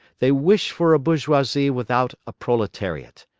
they wish for a bourgeoisie without a proletariat.